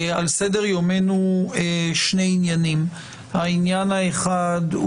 על סדר יומנו שני עניינים: הראשון,